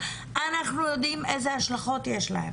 כי אני יודעת איך ייבשו את המערכת הזו.